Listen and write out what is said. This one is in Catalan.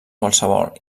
qualsevol